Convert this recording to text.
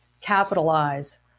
capitalize